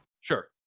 sure